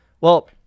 Well-